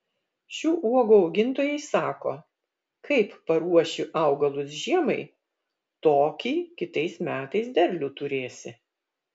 šių uogų augintojai sako kaip paruoši augalus žiemai tokį kitais metais derlių turėsi